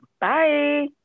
Bye